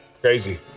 crazy